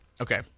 Okay